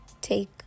take